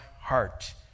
heart